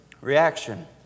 reaction